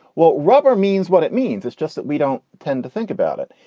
well, rubber means what it means. it's just that we don't tend to think about it.